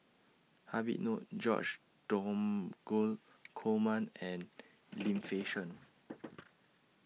Habib Noh George Dromgold Coleman and Lim Fei Shen